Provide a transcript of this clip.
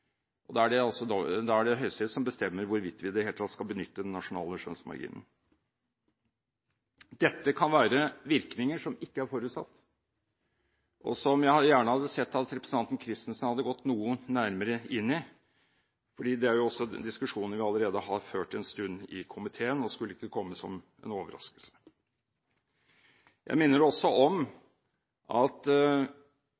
og da er det Høyesterett som bestemmer hvorvidt vi i det hele tatt skal benytte den nasjonale skjønnsmarginen. Dette kan være virkninger som ikke er forutsatt, og som jeg gjerne hadde sett at representanten Christensen hadde gått noe nærmere inn i. Det er også en diskusjon vi allerede har ført en stund i komiteen, så det skulle ikke komme som noen overraskelse. Jeg minner også om